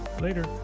later